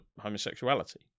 homosexuality